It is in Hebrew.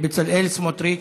בצלאל סמוטריץ,